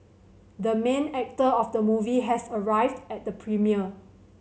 the main actor of the movie has arrived at the premiere